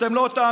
אתם לא תאמינו,